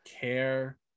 care